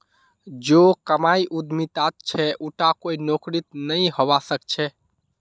जो कमाई उद्यमितात छ उटा कोई नौकरीत नइ हबा स ख छ